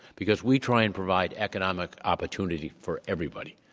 because we try and provide economic opportunity for everybody,